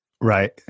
Right